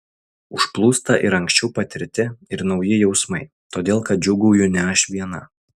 užplūsta ir anksčiau patirti ir nauji jausmai todėl kad džiūgauju ne aš viena